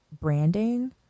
branding